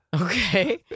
Okay